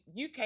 UK